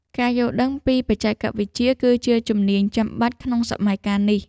ការយល់ដឹងពីបច្ចេកវិទ្យា គឺជាជំនាញចាំបាច់ក្នុងសម័យកាលនេះ។